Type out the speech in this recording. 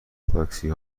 تاکسی